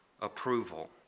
approval